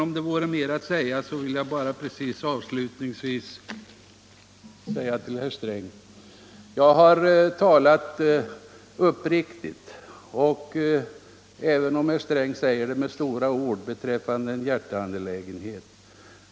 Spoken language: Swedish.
Mer vore kanske att anföra, men jag vill avslutningsvis förklara för herr Sträng att jag har talat uppriktigt — även om herr Sträng säger att det skett med stora ord — beträffande en hjärteangelägenhet.